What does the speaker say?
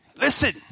Listen